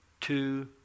two